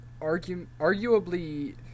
arguably